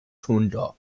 hundo